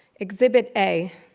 exhibit a